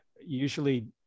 usually